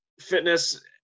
fitness